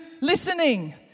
listening